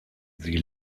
sie